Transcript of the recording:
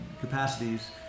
capacities